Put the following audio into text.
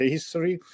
History